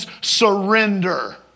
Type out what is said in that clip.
Surrender